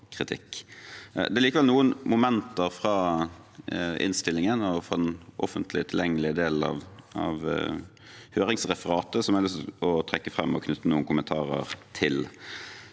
Det er likevel noen momenter fra innstillingen og fra den offentlig tilgjengelige delen av høringsreferatet som jeg har lyst til å trekke fram og knytte noen kommentarer til.